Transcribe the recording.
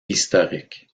historiques